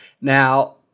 Now